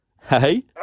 Hey